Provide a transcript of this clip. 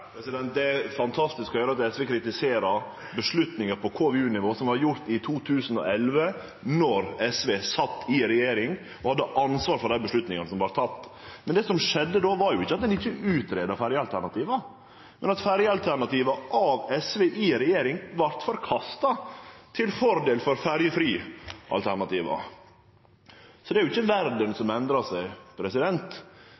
Det er fantastisk å høyre at SV kritiserer avgjerder på KU-nivå som vart gjorde i 2011, då SV sat i regjering og hadde ansvar for dei avgjerdene som vart tekne. Det som skjedde då, var jo ikkje at ein ikkje greidde ut ferjealternativa, men at ferjealternativa av SV i regjering vart forkasta til fordel for ferjefri-alternativa. Det er jo ikkje